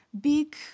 big